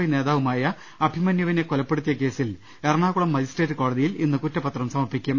I നേ താവുമായ അഭിമന്യുവിനെ കൊലപ്പെടുത്തിയ കേസിൽ എറണാകുളം മജിസ് ട്രേറ്റ് കോടതിയിൽ ഇന്ന് കുറ്റപത്രം സമർപ്പിക്കും